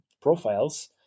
profiles